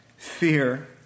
Fear